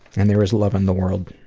and there is love in the world.